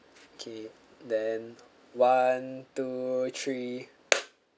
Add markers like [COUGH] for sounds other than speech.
okay then one two three [NOISE]